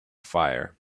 fire